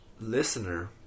listener